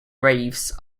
graves